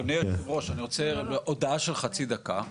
אדוני היושב ראש אני רוצה הודעה של חצי דקה,